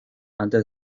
antes